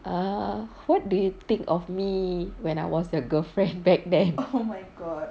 err what do you think of me when I was your girlfriend back then